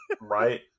Right